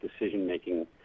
decision-making